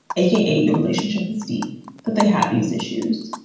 a k a. the relationship with steve that they had these issues.